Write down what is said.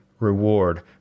reward